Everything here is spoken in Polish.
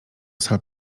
sal